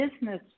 business